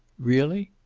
really?